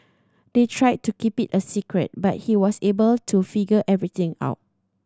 they tried to keep it a secret but he was able to figure everything out